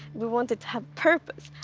we want it to have purpose.